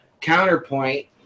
Counterpoint